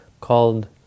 called